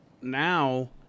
now